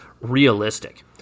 realistic